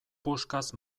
puskaz